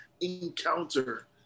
encounter